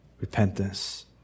repentance